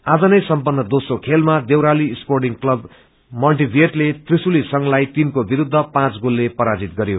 आज नै सम्पन्न दोम्रो खेलामा देवराली स्पोटिङ क्लब मन्टिभियटले त्रिशूली संपलाई तीन को विस्द्ध पाँच गोलले पराजित गरयो